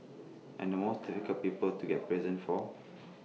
and the most difficult people to get presents for